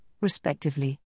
respectively